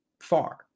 far